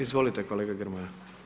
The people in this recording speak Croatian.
Izvolite kolega Grmoja.